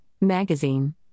magazine